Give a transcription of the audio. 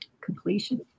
Completion